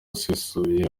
usesuye